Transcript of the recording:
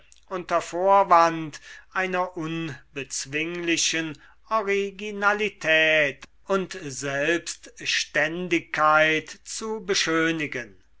unter vorwand einer unbezwinglichen originalität und selbstständigkeit zu beschönigen